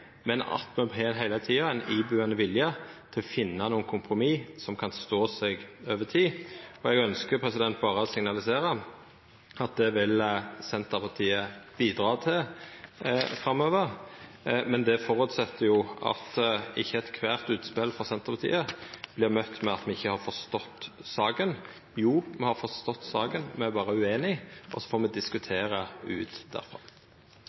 men at me heile tida har ein ibuande vilje til å finna nokre kompromiss som kan stå seg over tid. Eg ønskjer å signalisera at Senterpartiet vil bidra til det framover, men det føreset jo at ikkje alle utspela frå Senterpartiet vert møtte med at me ikkje har forstått saka. Jo, me har forstått saka, me er berre ueinige, og så får me diskutera derifrå.